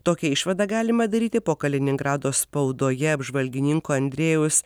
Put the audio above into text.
tokią išvadą galima daryti po kaliningrado spaudoje apžvalgininko andrėjaus